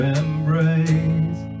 embrace